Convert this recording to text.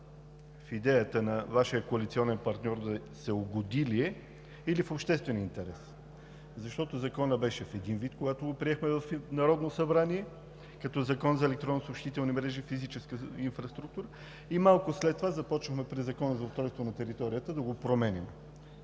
в идеята на Вашия коалиционен партньор да се угоди ли е, или е в обществен интерес? Защото Законът беше в един вид, когато го приехме в Народното събрание като Закон за електронните съобщителни мрежи и физическа инфраструктура, и малко след това започваме през Закона за устройство на територията да го променяме.